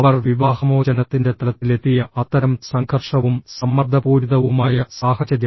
അവർ വിവാഹമോചനത്തിന്റെ തലത്തിലെത്തിയ അത്തരം സംഘർഷവും സമ്മർദ്ദപൂരിതവുമായ സാഹചര്യം